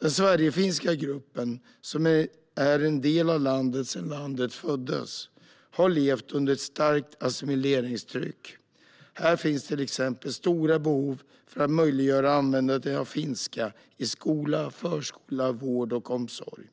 Den sverigefinska gruppen, som är en del av landet sedan landet föddes, har levt under ett starkt assimileringstryck. Här finns till exempel stora behov av att möjliggöra användandet av finska i skola, förskola, vård och omsorg.